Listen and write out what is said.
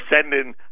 sending